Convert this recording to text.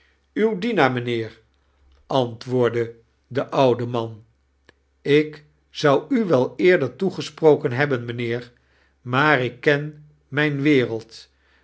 uw dienaar miijnheer antwoordde charles dickens de oude man ik zou u wel eerder toegesproken hebben mijnheer maar ik ken mijn wereld